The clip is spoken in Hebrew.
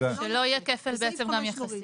שלא יהיה כפל יחסיות.